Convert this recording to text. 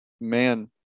man